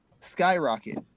skyrocket